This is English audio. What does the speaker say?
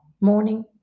morning